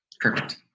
Perfect